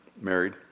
married